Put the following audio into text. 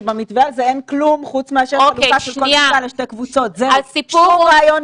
כרגיל כי לומדים בזום בלי להתייחס בעצם למציאות המאוד